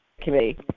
committee